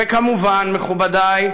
וכמובן, מכובדי,